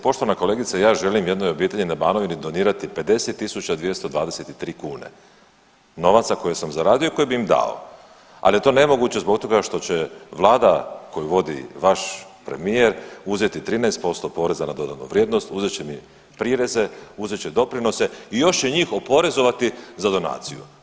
Poštovana kolegice ja želim jednoj obitelji na Banovini donirati 50.223 kune novaca koje sam zaradio i koje bi im dao, ali je to nemoguće zbog toga što će vlada koju vodi vaš premijer uzeti 13% poreza na dodanu vrijednost, uzet će mi prireze, uzet će doprinose i još će njih oporezovati za donaciju.